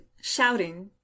shouting